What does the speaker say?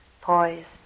poised